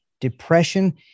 depression